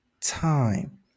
time